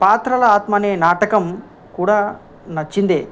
పాత్రల ఆత్మనే నాటకం కూడా నచ్చిందే